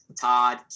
todd